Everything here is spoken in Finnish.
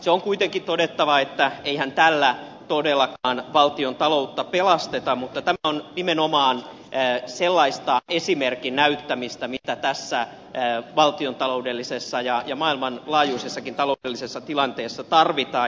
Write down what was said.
se on kuitenkin todettava että eihän tällä todellakaan valtiontaloutta pelasteta mutta tämä on nimenomaan sellaista esimerkin näyttämistä mitä tässä valtiontaloudellisessa ja maailmanlaajuisessakin taloudellisessa tilanteessa tarvitaan